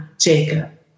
Jacob